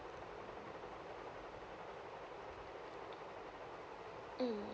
mm